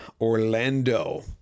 Orlando